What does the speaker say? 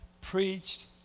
preached